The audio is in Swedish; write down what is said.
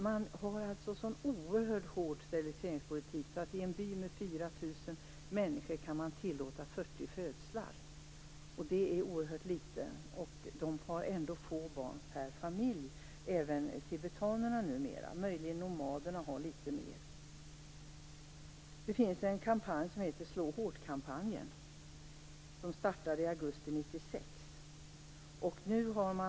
Man har alltså en så oerhört hård steriliseringspolitik att det i en by med 4 000 människor bara tillåts 40 födslar. Det är oerhört litet. Även tibetanerna har numera få barn per familj. Möjligen har nomaderna litet fler. Det finns en kampanj som heter Slå hårtkampanjen. Den startade i augusti 1996.